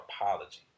Apology